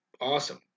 Awesome